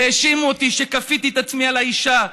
האשימו אותי שכפיתי את עצמי על האישה,